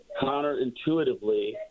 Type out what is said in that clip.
counterintuitively